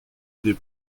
des